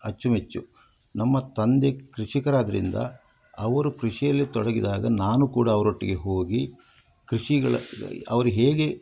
ಅಚ್ಚುಮೆಚ್ಚು ನಮ್ಮ ತಂದೆ ಕೃಷಿಕರಾದ್ದರಿಂದ ಅವರು ಕೃಷಿಯಲ್ಲಿ ತೊಡಗಿದಾಗ ನಾನು ಕೂಡ ಅವರೊಟ್ಟಿಗೆ ಹೋಗಿ ಕೃಷಿಗಳ ಅವರು ಹೇಗೆ